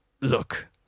Look